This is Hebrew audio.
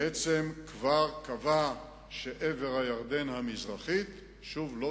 בעצם כבר קבע שעבר הירדן המזרחי שוב לא